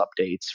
updates